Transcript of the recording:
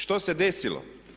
Što se desilo?